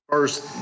First